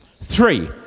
three